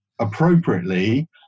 appropriately